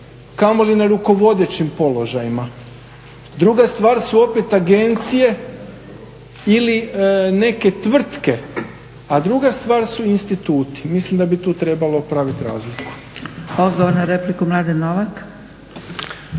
kamoli na rukovodećim položajima. Druga stvar su opet agencije ili neke tvrtke, a druga stvar su instituti. Mislim da bi tu trebalo pravit razliku.